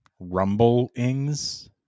Rumbleings